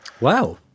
wow